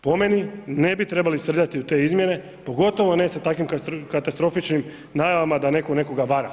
Po meni ne bi trebali srljati u te izmjene pogotovo ne sa takvim katastrofičnim najavama da neko nekoga vara.